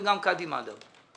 וגם קאדי מד'הב.